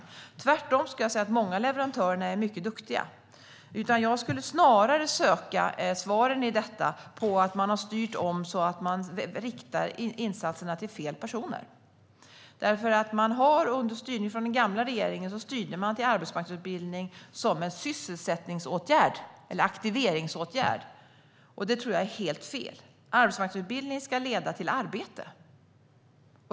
Jag skulle tvärtom vilja säga att många av leverantörerna är mycket duktiga. Jag söker snarare svaren i att man har styrt om så att man riktar insatserna till fel personer. Den gamla regeringen styrde till arbetsmarknadsutbildning som en sysselsättningsåtgärd eller aktiveringsåtgärd. Det tror jag är helt fel. Arbetsmarknadsutbildning ska leda till arbete.